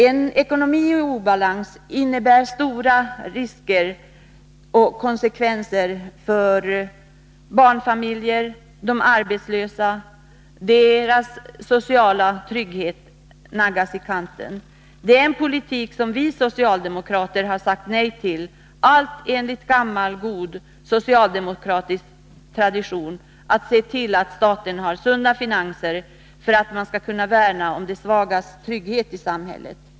En ekonomi i obalans innebär stora risker, och konsekvenserna kan bli allvarliga för barnfamiljer och arbetslösa. Deras sociala trygghet naggas i kanten. Det är en politik som vi socialdemokrater har sagt nej till. Allt enligt gammal socialdemokratisk tradition att se till att staten har sunda finanser för att man skall kunna värna om de svagas trygghet i samhället.